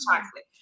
chocolate